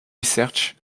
research